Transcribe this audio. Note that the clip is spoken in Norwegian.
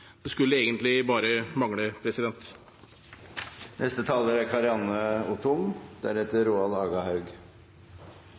Det skulle egentlig bare mangle.